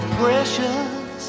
precious